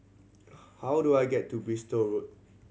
how do I get to Bristol Road